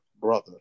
brother